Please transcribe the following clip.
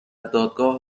دادگاه